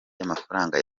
y’amafaranga